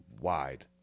wide